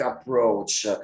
approach